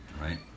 right